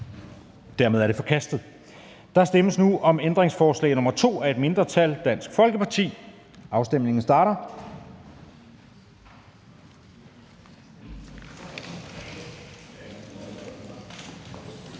er forkastet. Der stemmes om ændringsforslag nr. 20 af et mindretal (DF). Afstemningen starter.